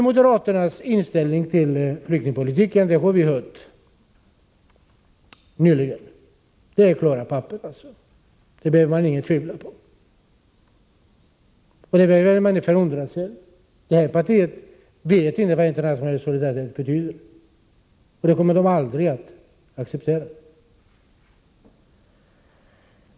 Moderaternas inställning till flyktingpolitiken har vi hört nu. De ger klara besked. Där finns inget att tvivla på. Och det är inget att förundras över. Det partiet vet inte vad internationell solidaritet betyder, och någon sådan kommer det partiet aldrig att acceptera.